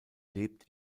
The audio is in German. lebt